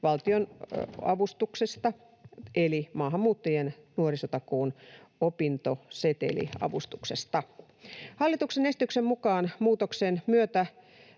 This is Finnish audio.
valtionavustuksista eli maahanmuuttajien nuorisotakuun opintoseteliavustuksesta. Hallituksen esityksen mukaan muutosten myötä